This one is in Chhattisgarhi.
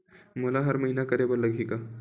मोला हर महीना करे बर लगही का?